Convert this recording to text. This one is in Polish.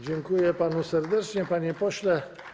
Dziękuję panu serdecznie, panie pośle.